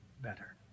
better